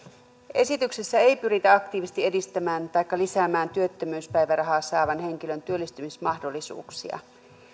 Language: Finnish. esityksessä ei pyritä aktiivisesti edistämään taikka lisäämään työttömyyspäivärahaa saavan henkilön työllistymismahdollisuuksia